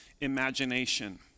imagination